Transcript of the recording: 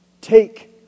Take